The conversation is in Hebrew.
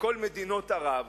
בכל מדינות ערב.